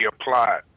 applied